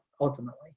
ultimately